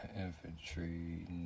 infantry